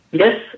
Yes